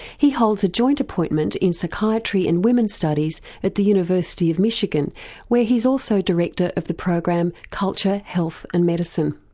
he holds a joint appointment in psychiatry and womens studies at the university of michigan where he's also director of the program culture, health and medicine.